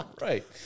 Right